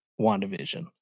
Wandavision